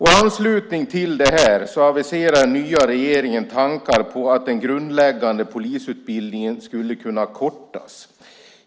I anslutning till detta aviserar den nya regeringen tankar på att den grundläggande polisutbildningen skulle kunna kortas.